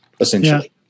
essentially